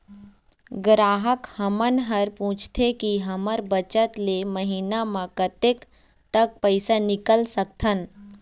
ग्राहक हमन हर पूछथें की हमर बचत ले महीना मा कतेक तक पैसा निकाल सकथन?